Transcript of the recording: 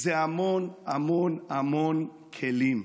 זה המון המון המון כלים.